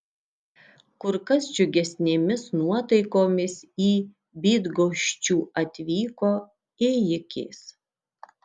kur kas džiugesnėmis nuotaikomis į bydgoščių atvyko ėjikės